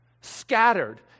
scattered